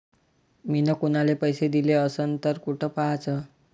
मिन कुनाले पैसे दिले असन तर कुठ पाहाचं?